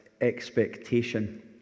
expectation